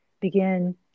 begin